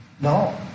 No